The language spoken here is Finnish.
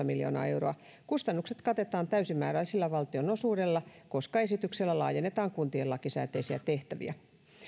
miljoonaa euroa kustannukset katetaan täysimääräisellä valtionosuudella koska esityksellä laajennetaan kuntien lakisääteisiä tehtäviä